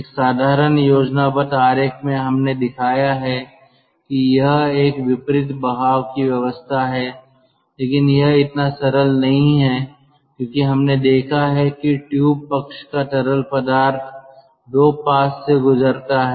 एक साधारण योजनाबद्ध आरेख में हमने दिखाया है कि यह एक विपरीत बहाव की व्यवस्था है लेकिन यह इतना सरल नहीं है क्योंकि हमने देखा है कि ट्यूब पक्ष का तरल पदार्थ दो पास से गुजरता है